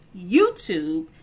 YouTube